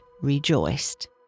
rejoiced